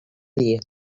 dia